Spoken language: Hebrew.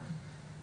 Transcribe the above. ב.